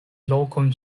lokon